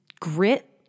grit